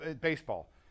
baseball